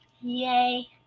yay